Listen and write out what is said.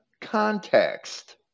context